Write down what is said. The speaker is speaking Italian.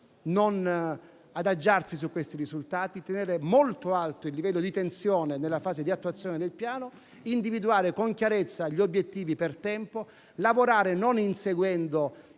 non adagiarsi su questi risultati; tenere molto alto il livello di tensione nella fase di attuazione del Piano; individuare con chiarezza gli obiettivi per tempo; lavorare non inseguendo